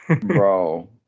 Bro